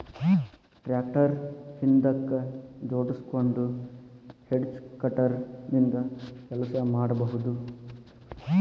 tractor ಹಿಂದಕ್ ಜೋಡ್ಸ್ಕೊಂಡು hedge cutter ನಿಂದ ಕೆಲಸ ಮಾಡ್ಬಹುದು